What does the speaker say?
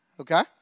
Okay